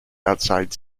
outside